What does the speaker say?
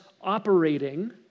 operating